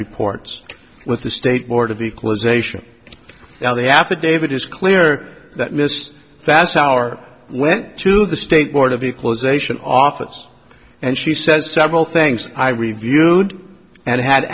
reports with the state board of equalization and the affidavit is clear that miss fast hour went to the state board of equalization office and she says several things i reviewed and had